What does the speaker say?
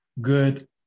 Good